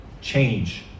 change